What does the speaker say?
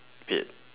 paid